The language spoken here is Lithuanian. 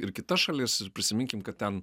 ir kitas šalis prisiminkim kad ten